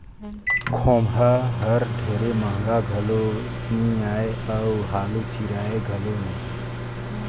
खोम्हरा हर ढेर महगा घलो नी आए अउ हालु चिराए घलो नही